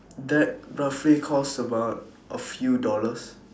that roughly costs about a few dollars